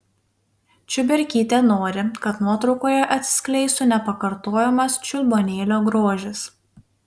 čiuberkytė nori kad nuotraukoje atsiskleistų nepakartojamas čiulbuonėlio grožis